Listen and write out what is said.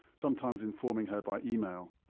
sometimes informing her by email.